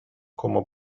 como